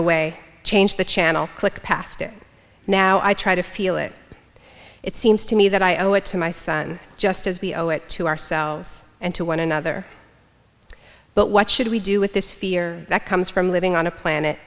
away change the channel click past it now i try to feel it it seems to me that i owe it to my son just as we owe it to ourselves and to one another but what should we do with this fear that comes from living on a planet